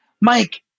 Mike